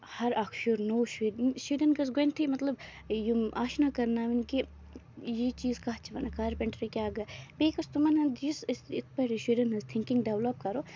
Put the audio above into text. ہر اکھ شُر نوٚو شُرۍ شُرٮ۪ن گٔژھ گۄڈٕنیتھٕے مطلب یِم آشنا کرناوٕنۍ کہِ یہِ چیٖز کَتھ چھِ وَنان کارپینٹری کیاہ گٔے بیٚیہِ گوٚھ تٔمن ہُند یُس أسۍ یِتھ پٲٹھۍ أسۍ شُرین ہنز تِھنکِگ ڈیولَپ کَرو